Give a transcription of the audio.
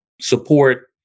support